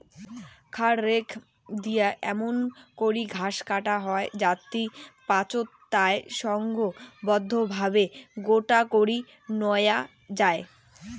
খ্যার রেক দিয়া এমুন করি ঘাস কাটা হই যাতি পাচোত তায় সংঘবদ্ধভাবে গোটো করি ন্যাওয়া যাই